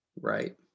Right